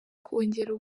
kongerera